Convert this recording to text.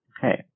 Okay